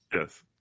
Yes